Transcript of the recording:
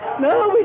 no